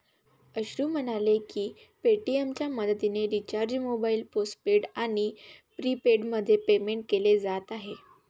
अश्रू म्हणाले की पेटीएमच्या मदतीने रिचार्ज मोबाईल पोस्टपेड आणि प्रीपेडमध्ये पेमेंट केले जात आहे